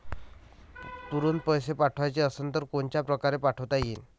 तुरंत पैसे पाठवाचे असन तर कोनच्या परकारे पाठोता येईन?